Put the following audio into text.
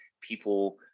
people